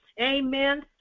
Amen